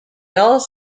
ellis